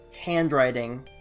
handwriting